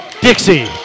Dixie